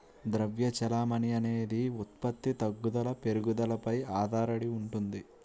ద్రవ్య చెలామణి అనేది ఉత్పత్తి తగ్గుదల పెరుగుదలపై ఆధారడి ఉంటుంది